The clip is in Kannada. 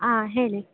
ಆಂ ಹೇಳಿ